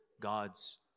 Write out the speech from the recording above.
God's